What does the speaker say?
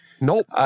Nope